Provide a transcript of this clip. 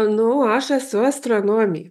manau aš esu astronomė